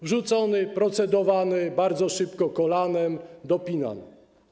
Wrzucony, procedowany bardzo szybko, kolanem dopinany.